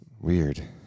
Weird